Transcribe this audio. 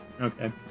Okay